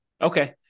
Okay